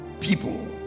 people